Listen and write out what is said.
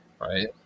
Right